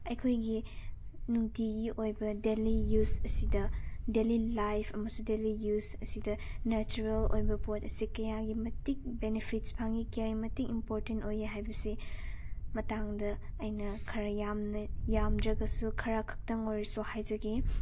ꯑꯩꯈꯣꯏꯒꯤ ꯅꯨꯡꯇꯤꯒꯤ ꯑꯣꯏꯕ ꯗꯦꯂꯤ ꯌꯨꯁ ꯑꯁꯤꯗ ꯗꯦꯂꯤ ꯂꯥꯏꯐ ꯑꯃꯁꯨꯡ ꯗꯦꯂꯤ ꯌꯨꯁ ꯑꯁꯤꯗ ꯅꯦꯆꯔꯦꯜ ꯑꯣꯏꯕ ꯄꯣꯠ ꯑꯁꯤ ꯀꯌꯥꯒꯤ ꯃꯇꯤꯛ ꯕꯦꯅꯤꯐꯤꯠꯁ ꯐꯪꯏ ꯀꯌꯥꯒꯤ ꯃꯇꯤꯛ ꯏꯝꯄꯣꯔꯇꯦꯟ ꯑꯣꯏꯌꯦ ꯍꯥꯏꯕꯁꯦ ꯃꯇꯥꯡꯗ ꯑꯩꯅ ꯈꯔ ꯌꯥꯝꯅ ꯌꯥꯝꯗ꯭ꯔꯥꯒꯁꯨ ꯈꯔ ꯈꯛꯇꯪ ꯑꯣꯏꯔꯁꯨ ꯍꯥꯏꯖꯒꯦ